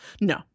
No